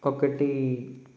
ఒకటి